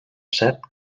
set